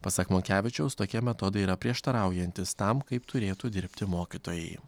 pasak monkevičiaus tokie metodai yra prieštaraujantys tam kaip turėtų dirbti mokytojai